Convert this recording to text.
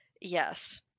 yes